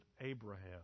Abraham